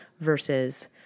versus